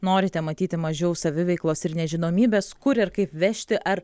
norite matyti mažiau saviveiklos ir nežinomybės kur ir kaip vežti ar